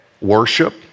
worship